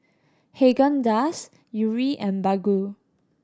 Haagen Dazs Yuri and Baggu